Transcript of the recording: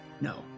no